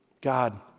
God